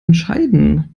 entscheiden